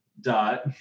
dot